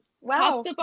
Wow